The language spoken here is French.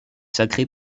sacré